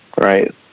right